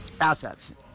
assets